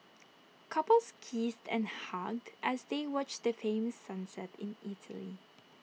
couples kissed and hugged as they watch the famous sunset in Italy